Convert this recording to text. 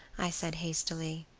i said hastily.